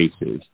cases